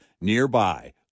nearby